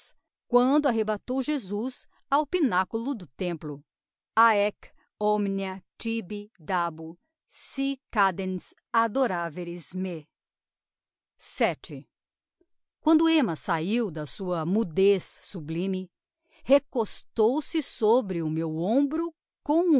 quando arrebatou jesus ao pinaculo do templo haec omnia tibi dabo si cadens adoraveris me vii quando emma saiu da sua mudez sublime recostou-se sobre o meu hombro com